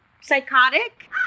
Psychotic